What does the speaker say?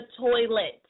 toilet